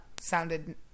sounded